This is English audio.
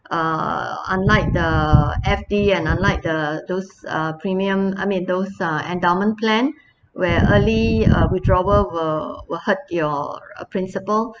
err unlike the F_D and unlike like the those uh premium I mean those uh endowment plan where early uh withdrawal will hurt your principal